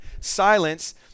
silence